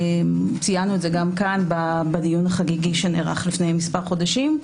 ציינו את זה גם כאן בדיון החגיגי שנער לפני מספר חודשים.